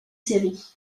série